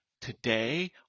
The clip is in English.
today